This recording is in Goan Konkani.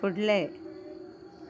फुडलें